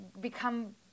become